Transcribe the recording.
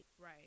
Right